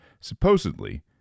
supposedly